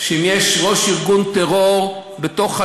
יש מדינה שאם יש ראש ארגון טרור בחתונה,